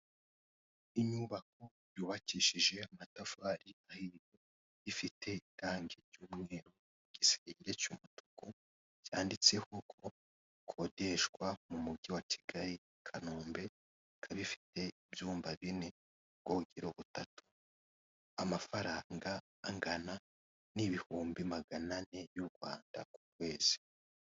Inyubako yubakishije amatafari ahiye ifite irangi ry'umweru, igisenge cy'umutuku cyanditseho ko ikodeshwa mu mujyi wa Kigali, i Kanombe, ikaba ifite ibyumba bine, ubwogero butatu, amafaranga angana n'ibihumbi magana ane y'u Rwanda ku kwezi.